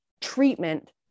treatment